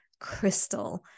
crystal